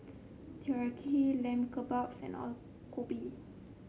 Teriyaki Lamb Kebabs and Alu Gobi